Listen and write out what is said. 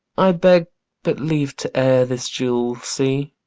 i beg but leave to air this jewel. see!